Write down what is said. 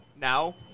now